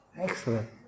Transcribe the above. Excellent